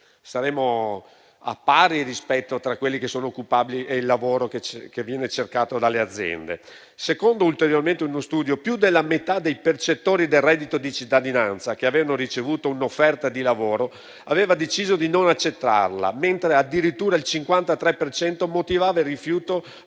saremmo a pari tra quelli che sono occupabili e il lavoro che viene cercato dalle aziende. Secondo un ulteriore studio, più della metà dei percettori del reddito di cittadinanza che avevano ricevuto un'offerta di lavoro aveva deciso di non accettarla, mentre addirittura il 53 per cento motivava il rifiuto